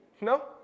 No